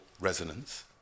Resonance